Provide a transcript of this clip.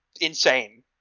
insane